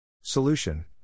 Solution